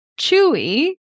Chewy